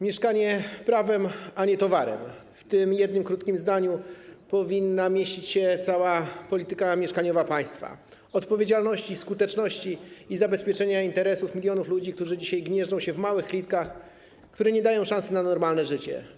Mieszkanie prawem, a nie towarem - w tym jednym krótkim zdaniu powinna mieścić się cała polityka mieszkaniowa państwa, polityka odpowiedzialności, skuteczności i zabezpieczania interesów milionów ludzi, którzy dzisiaj gnieżdżą się w małych klitkach, które nie dają szansy na normalne życie.